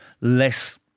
less